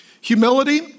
Humility